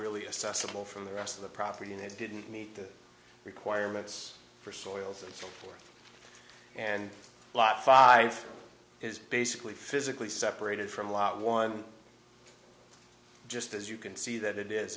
really assessable from the rest of the property and it didn't meet the requirements for soils and so forth and lot five is basically physically separated from lot one just as you can see that it is